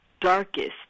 darkest